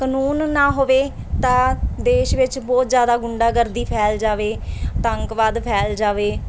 ਕਾਨੂੰਨ ਨਾ ਹੋਵੇ ਤਾਂ ਦੇਸ਼ ਵਿੱਚ ਬਹੁਤ ਜ਼ਿਆਦਾ ਗੁੰਡਾਗਰਦੀ ਫੈਲ ਜਾਵੇ ਆਤੰਕਵਾਦ ਫੈਲ ਜਾਵੇ